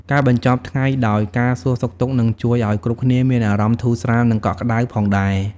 ការបញ្ចប់ថ្ងៃដោយការសួរសុខទុក្ខ ក៏ជួយឲ្យគ្រប់គ្នាមានអារម្មណ៍ធូរស្រាល និងកក់ក្ដៅផងដែរ។